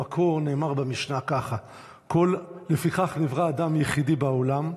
במקור נאמר במשנה כך: "לפיכך נברא אדם יחידי בעולם,